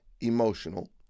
emotional